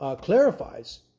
clarifies